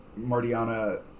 Martiana